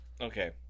okay